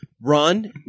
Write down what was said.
run